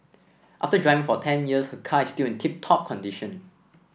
after driving for ten years her car is still in tip top condition